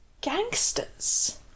gangsters